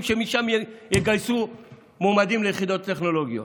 שמשם יגייסו מועמדים ליחידות טכנולוגיות.